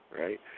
right